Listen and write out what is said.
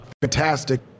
fantastic